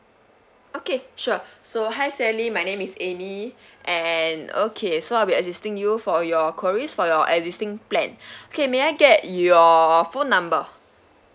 okay sure so hi sally my name is amy and okay so I'll be assisting you for your queries for your existing plan okay may I get your phone number